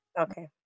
Okay